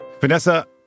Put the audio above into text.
Vanessa